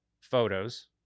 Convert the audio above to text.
photos